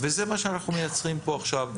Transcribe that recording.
וזה מה שאנחנו מייצרים פה עכשיו.